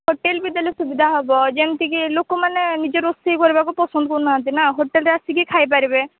hotel ବି ଦେଲେ ସୁବିଧା ହବ ଯେମିତିକି ଲୋକମାନେ ନିଜେ ରୋଷେଇ କରିବାକୁ ପସନ୍ଦ କରୁନାହାନ୍ତି ନା ହୋଟେଲ୍ରେ ଆସିକି ଖାଇପାରିବେ